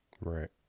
Right